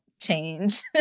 change